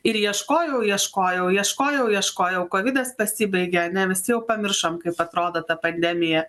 ir ieškojau ieškojau ieškojau ieškojau kovidas pasibaigė ar ne visi jau pamiršom kaip atrodo ta pandemija